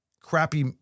crappy